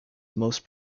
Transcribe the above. most